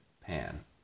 pan